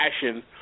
passion